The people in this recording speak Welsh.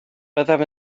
byddaf